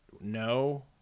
no